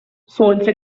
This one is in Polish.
słońce